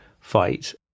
fight